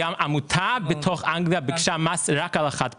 עמותה בתוך אנגליה ביקשה מס רק על החד פעמי.